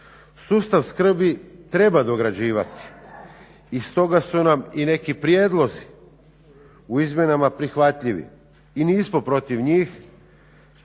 Sustav skrbi treba dograđivati i stoga su nam i neki prijedlozi u izmjenama prihvatljivi i nismo protiv njih